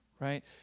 Right